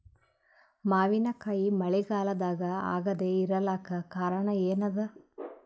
ಮಾವಿನಕಾಯಿ ಮಳಿಗಾಲದಾಗ ಆಗದೆ ಇರಲಾಕ ಕಾರಣ ಏನದ?